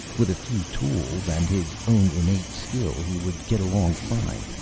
with a few tools and his own innate skill he would get along fine.